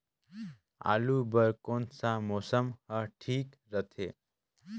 आलू बार कौन सा मौसम ह ठीक रथे?